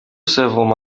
سوم